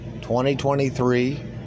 2023